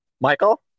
Michael